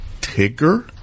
Tigger